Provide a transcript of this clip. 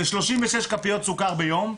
זה 36 כפיות סוכר ביום.